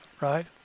right